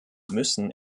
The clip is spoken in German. müssen